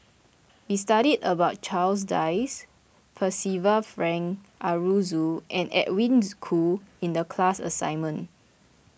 We studied about Charles Dyce Percival Frank Aroozoo and Edwin Koo in the class assignment